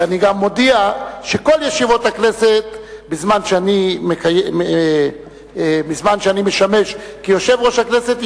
ואני גם מודיע שכל ישיבות הכנסת בזמן שאני משמש כיושב-ראש הכנסת,